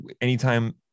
anytime